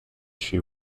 she